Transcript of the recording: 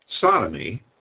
sodomy